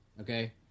Okay